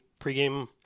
pregame